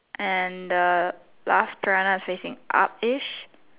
and the last piranha is facing up ish